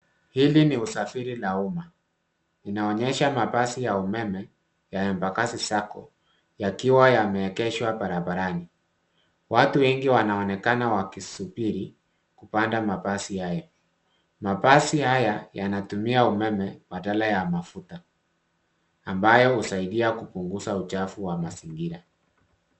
Hili ni usafiri la umma. Inaonyesha mabasi ya umeme ya Embakasi Sacco , yakiwa yameegeshwa barabarani. Watu wengi wanaonekana wakisubiri kupanda mabasi haya. Mabasi haya yanatumia umeme badala ya mafuta, ambayo usaidia kupunguza uchafu wa mazingira.